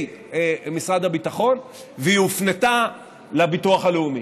משרד הביטחון והיא הופנתה לביטוח הלאומי.